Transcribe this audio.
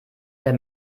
der